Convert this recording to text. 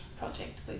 project